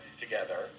together